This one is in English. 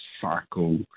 cycle